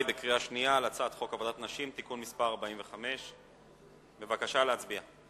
בקריאה שנייה על הצעת חוק עבודת נשים (תיקון מס' 45). בבקשה להצביע.